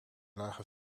lagen